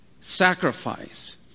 sacrifice